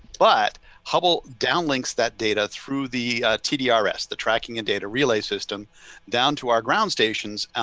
but hubble downlinks that data through the tdrs the tracking and data relay system down to our ground stations.